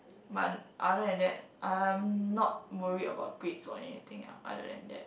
but other than that I'm I'm not worry about grades or anything other than that